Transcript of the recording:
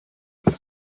rwyf